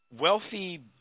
wealthy